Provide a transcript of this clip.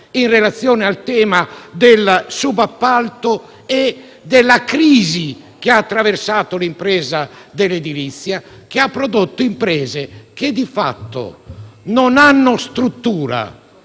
in relazione al tema del subappalto e della crisi che ha attraversato l'impresa dell'edilizia, che ha prodotto imprese che di fatto non hanno struttura